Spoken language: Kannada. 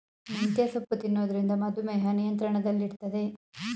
ಮೆಂತ್ಯೆ ಸೊಪ್ಪು ತಿನ್ನೊದ್ರಿಂದ ಮಧುಮೇಹ ನಿಯಂತ್ರಣದಲ್ಲಿಡ್ತದೆ